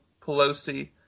Pelosi